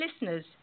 listeners